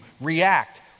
react